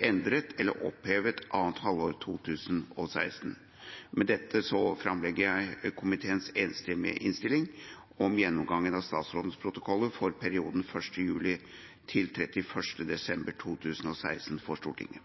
endret eller opphevet i annet halvår 2016. Med dette anbefaler jeg komiteens enstemmige innstilling om gjennomgangen av statsrådets protokoller for perioden 1. juli til 31. desember 2016. Presidenten